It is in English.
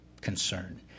concern